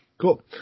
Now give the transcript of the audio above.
Cool